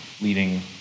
leading